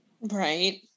Right